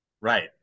right